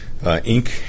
Inc